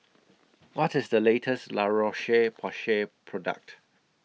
What IS The latest La Roche Porsay Product